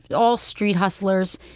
all street hustlers.